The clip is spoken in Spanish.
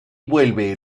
vuelve